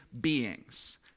beings